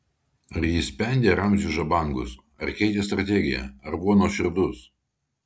ar jis spendė ramziui žabangus ar keitė strategiją ar buvo nuoširdus